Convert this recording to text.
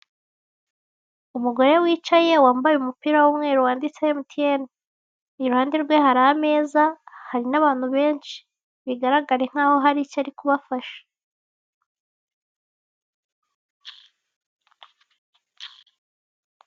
Umugore wicaye wambaye umupira w'umweru wanditseho emutiyeni. Iruhande rwe hari ameza hari n'abantu benshi bigaragara nkaho hari icyo ari kubafasha.